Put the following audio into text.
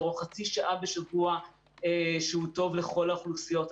או חצי שעה בשבוע היא טובה לכל האוכלוסיות.